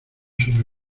sobre